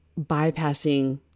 bypassing